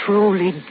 Truly